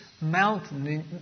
mountain